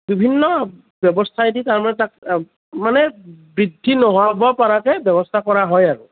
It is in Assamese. বিভিন্ন ব্যৱস্থাই দি তাৰমানে তাক মানে বৃদ্ধি নোহোৱাব পৰাকে ব্যৱস্থা কৰা হয় আৰু